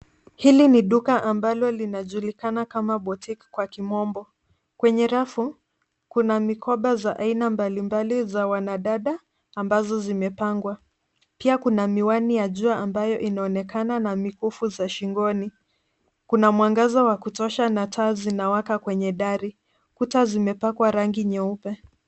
Hili ni duka ambalo linajulikana kama [boutique] kwa kimombo kwenye rafu kuna mikoba za aina mbalimbali za wanadada ambazo zimepangwa ,pia kuna miwani ya jua ambayo inaonekana na mkufu za shingoni, kuna mwangaza wa kutosha na taa zinawaka kwenye dari kuta zimepakwa rangi nyeupe.